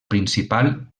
principal